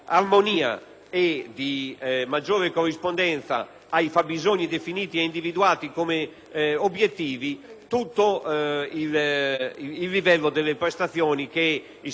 armonia e corrispondenza ai fabbisogni definiti e individuati come obiettivi tutto il livello delle prestazioni che il sistema degli